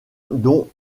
dont